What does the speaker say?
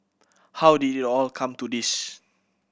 how did it all come to this